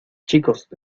chicos